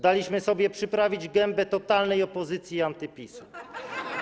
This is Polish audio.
Daliśmy sobie przyprawić gębę totalnej opozycji i anty-PiS-u.